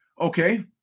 Okay